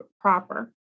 proper